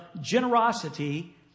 generosity